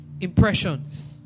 Impressions